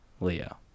Leo